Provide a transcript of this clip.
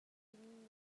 ding